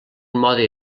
mode